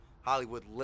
Hollywood